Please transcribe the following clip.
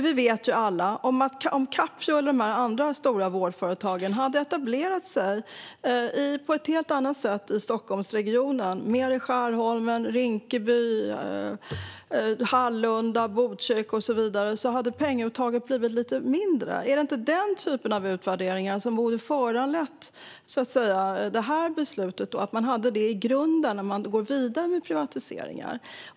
Vi vet alla att om Capio och de här andra stora vårdföretagen hade etablerat sig på ett helt annat sätt i Stockholmsregionen - mer i Skärholmen, Rinkeby, Hallunda, Botkyrka och så vidare - hade pengauttaget blivit mindre. Är det inte den typen av utvärderingar som borde ha föranlett det här beslutet och legat till grund för vidare privatiseringar?